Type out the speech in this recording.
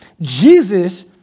Jesus